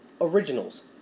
originals